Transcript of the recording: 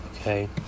okay